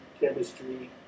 chemistry